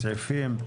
הסעיפים.